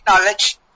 knowledge